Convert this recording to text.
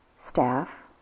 staff